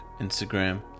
Instagram